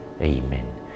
Amen